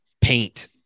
paint